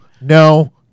no